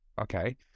Okay